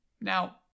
Now